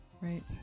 Right